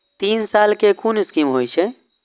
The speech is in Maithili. तीन साल कै कुन स्कीम होय छै?